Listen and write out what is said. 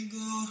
go